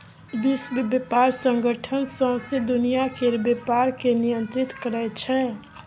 विश्व बेपार संगठन सौंसे दुनियाँ केर बेपार केँ नियंत्रित करै छै